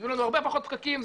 יהיו לנו הרבה פחות פקקים,